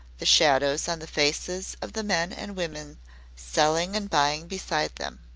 the shadows on the faces of the men and women selling and buying beside them.